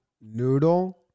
Noodle